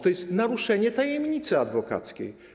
To jest naruszenie tajemnicy adwokackiej.